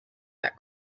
that